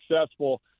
successful